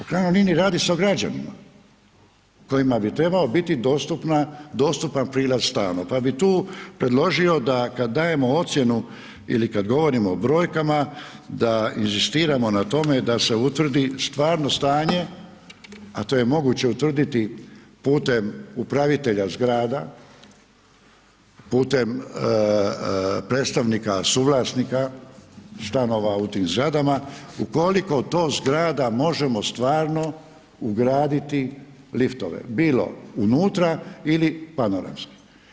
U krajnjoj liniji, radi se o građanima kojima bi trebao biti dostupan prilaz stanu pa bi tu predložio da kad dajemo ocjenu ili kad govorimo o brojkama, da inzistiramo na tome da se utvrdi stvarno stanje a to je moguće utvrditi putem upravitelja zgrada, putem predstavnika, suvlasnika stanova u tim zgradama ukoliko to zgrada možemo stvarno ugraditi liftove, bilo unutra ili panoramski.